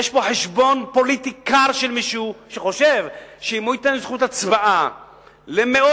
יש פה חשבון פוליטי קר של מישהו שחושב שאם הוא